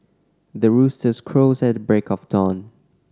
the roosters crows at the break of dawn